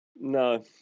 No